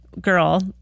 girl